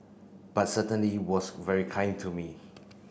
but certainly was very kind to me